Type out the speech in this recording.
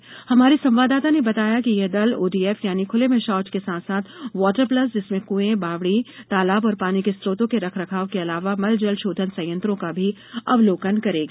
आकाशवाणी संवाददाता ने बताया है कि यह दल ओडीएफ यानी खुले में शौच के साथ साथ वॉटर प्लस जिनमें कुएं बावड़ी तालाब और पानी के स्त्रोतों के रखरखाव के अलावा मलजल षोधन संयंत्रों का भी अवलोकन करेगा